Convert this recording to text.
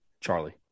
Charlie